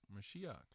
Mashiach